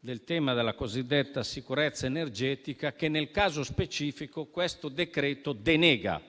della cosiddetta sicurezza energetica, che nel caso specifico il decreto-legge